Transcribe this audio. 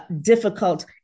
difficult